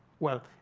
well,